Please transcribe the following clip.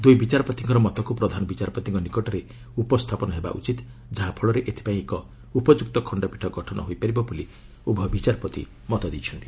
ଦୁଇ ବିଚାରପତିଙ୍କର ମତକୁ ପ୍ରଧାନ ବିଚାରପତିଙ୍କ ନିକଟରେ ଉପସ୍ଥାପନ ହେବା ଉଚିତ୍ ଯାହା ଫଳରେ ଏଥିପାଇଁ ଏକ ଉପଯୁକ୍ତ ଖଖପୀଠ ଗଠନ ହୋଇପାରିବ ବୋଲି ଉଭୟ ବିଚାରପତି ମତ ଦେଇଛନ୍ତି